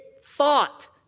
thought